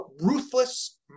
ruthless